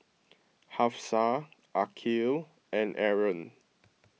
Hafsa Aqil and Aaron